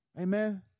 Amen